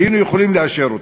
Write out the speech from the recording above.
היינו יכולים לאשר אותו,